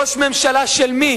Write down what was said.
ראש ממשלה של מי